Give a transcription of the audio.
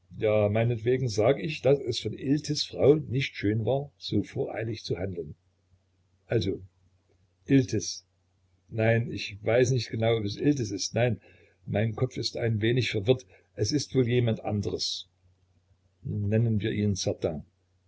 meinetwegen sag ich daß es von iltis frau nicht schön war so voreilig zu handeln also iltis nein ich weiß nicht genau ob es iltis ist nein mein kopf ist ein wenig verwirrt es ist wohl jemand anderes nennen wir ihn